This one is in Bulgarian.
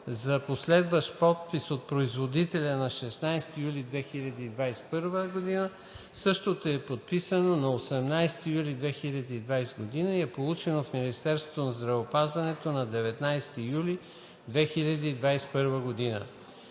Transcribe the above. за последващ подпис от производителя на 16 юли 2021 г. Същото е подписано на 18 юли 2021 г. и е получено в Министерството на здравеопазването на 19 юли 2021 г.